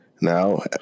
now